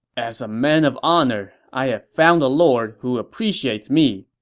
as a man of honor, i have found a lord who appreciates me.